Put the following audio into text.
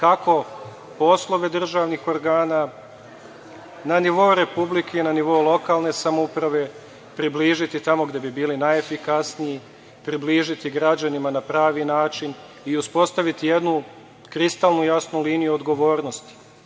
kako poslove državnih organa na nivou Republike i nivou lokalne samouprave približiti tamo gde bi bili najefikasniji, približiti građanima na pravi način i uspostaviti jednu kristalno jasnu liniju odgovornosti,